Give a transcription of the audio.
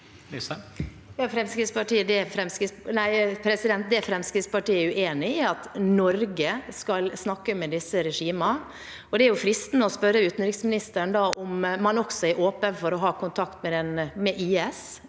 Det Fremskrittspar- tiet er uenig i, er at Norge skal snakke med disse regimene. Det er jo fristende å spørre utenriksministeren om man også er åpen for å ha kontakt med IS